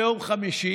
ביום חמישי,